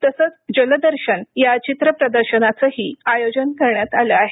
तसच जलदर्शन या चित्र प्रदर्शनाचंही आयोजन करण्यात आलं आहे